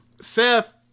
Seth